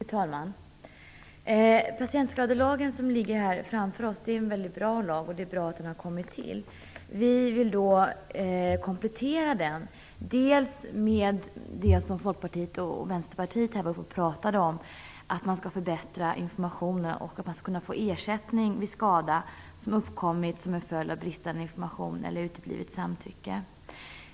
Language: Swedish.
Fru talman! Patientskadelagen som vi har framför oss på bordet är en väldigt bra lag. Det är bra att den har kommit till. Vi vill komplettera den med det som man från Folkpartiet och Vänsterpartiet talade om, att informationen skall förbättras och att ersättning skall kunna utgå vid skada som uppkommit som en följd av bristande information eller uteblivet samtycke.